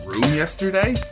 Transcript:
yesterday